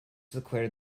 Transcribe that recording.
declared